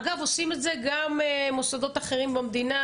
אגב עושים את זה גם מוסדות אחרים במדינה,